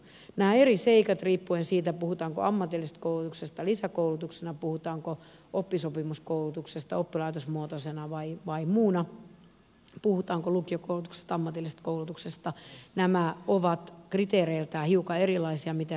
nämä eri seikat riippuen siitä puhutaanko ammatillisesta koulutuksesta lisäkoulutuksena puhutaanko oppisopimuskoulutuksesta oppilaitosmuotoisena vai muuna puhutaanko lukiokoulutuksesta ammatillisesta koulutuksesta ovat kriteereiltään hiukan erilaisia siinä miten rahoitus jakautuu